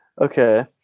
Okay